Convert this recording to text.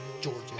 Georgia